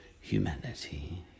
humanity